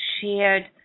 shared